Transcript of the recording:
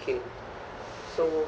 okay so